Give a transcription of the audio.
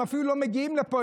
הם אפילו לא מגיעים לפה.